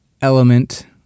element